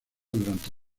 durante